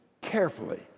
carefully